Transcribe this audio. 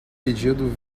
pedido